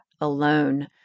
alone